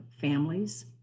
families